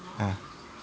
ah